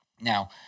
Now